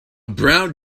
brown